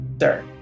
Sir